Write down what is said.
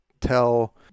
tell